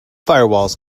firewalls